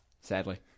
Sadly